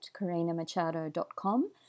karinamachado.com